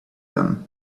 them